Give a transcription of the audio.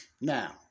Now